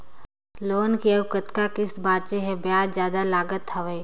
Loan के अउ कतका किस्त बांचें हे? ब्याज जादा लागत हवय,